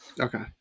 Okay